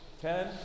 ten